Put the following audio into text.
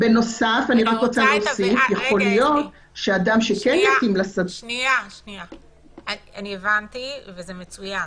אני רק רוצה להוסיף שאדם שכן מתאים לסדנה --- הבנתי וזה מצוין,